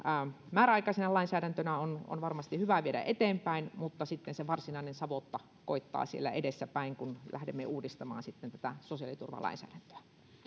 määräaikaisena lainsäädäntönä on on varmasti hyvä viedä eteenpäin mutta sitten se varsinainen savotta koittaa siellä edessäpäin kun lähdemme uudistamaan tätä sosiaaliturvalainsäädäntöä